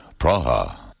Praha